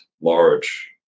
large